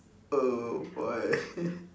oh boy